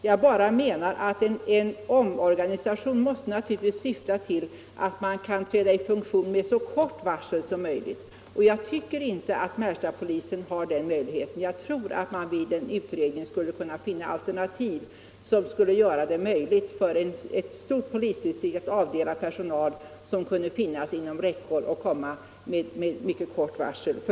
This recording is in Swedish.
Jag menar bara att en omorganisation naturligtvis måste syfta till att polisen kan träda i funktion med så kort varsel som möjligt, och jag tror inte att Märstapolisen kan det. En utredning skulle nog kunna finna alternativ som skulle göra det möjligt för ett stort polisdistrikt att avdela personal, som kunde finnas inom räckhåll och komma med kort varsel.